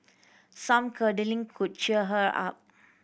some cuddling could cheer her up